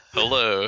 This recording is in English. Hello